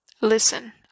listen